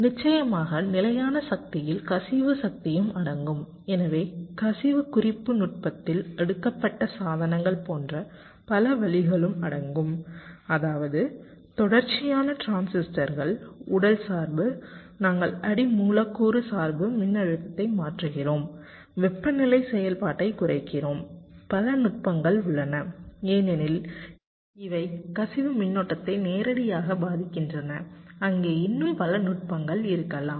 நிச்சயமாக நிலையான சக்தியில் கசிவு சக்தியும் அடங்கும் எனவே கசிவு குறைப்பு நுட்பத்தில் அடுக்கப்பட்ட சாதனங்கள் போன்ற பல வழிகளும் அடங்கும் அதாவது தொடர்ச்சியான டிரான்சிஸ்டர்கள் உடல் சார்பு நாங்கள் அடி மூலக்கூறு சார்பு மின்னழுத்தத்தை மாற்றுகிறோம் வெப்பநிலை செயல்பாட்டைக் குறைக்கிறோம் பல நுட்பங்கள் உள்ளன ஏனெனில் இவை கசிவு மின்னோட்டத்தை நேரடியாக பாதிக்கின்றன அங்கே இன்னும் பல நுட்பங்கள் இருக்கலாம்